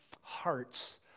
hearts